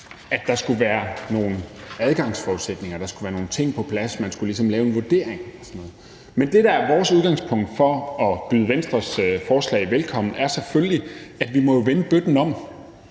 at der skulle være nogle adgangsforudsætninger, at der skulle være nogle ting på plads, og at man ligesom skulle lave en vurdering. Men det, der er vores udgangspunkt for at byde Venstres forslag velkommen, er selvfølgelig, at vi jo må vende bøtten om